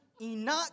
Enoch